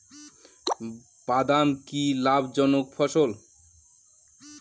বাদাম কি লাভ জনক ফসল?